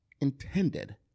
intended